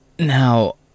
Now